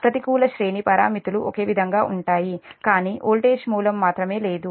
ప్రతికూల శ్రేణి పారామితులు ఒకే విధంగా ఉంటాయి కానీ వోల్టేజ్ మూలం మాత్రమే లేదు